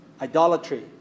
idolatry